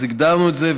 אז הגדרנו את זה,